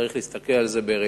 צריך להסתכל על זה בראייה